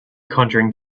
conjuring